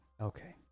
Okay